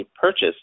purchased